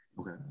Okay